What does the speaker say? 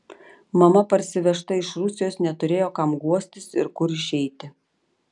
mama parsivežta iš rusijos neturėjo kam guostis ir kur išeiti